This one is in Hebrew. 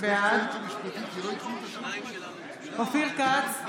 בעד אופיר כץ,